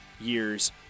year's